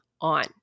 on